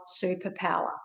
superpower